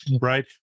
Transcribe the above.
right